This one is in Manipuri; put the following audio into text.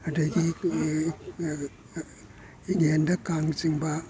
ꯑꯗꯒꯤ ꯏꯉꯦꯟꯗ ꯀꯥꯡ ꯆꯤꯡꯕ